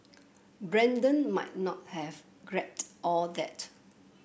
Brandon might not have grepped all that